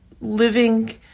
living